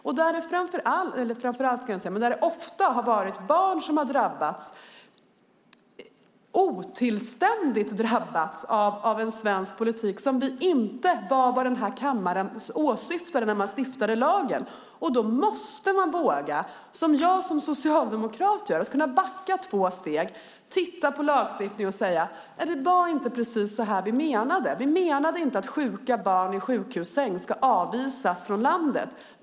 Det har ofta varit fråga om barn som har drabbats otillständigt av en politik som inte är vad den här kammaren åsyftade när riksdagen stiftade lagen. Då måste man våga, som jag som socialdemokrat gör, att kunna backa två steg, titta på lagstiftningen och säga: Det var inte precis så här vi menade. Vi menade inte att sjuka barn i sjukhussäng ska avvisas från landet.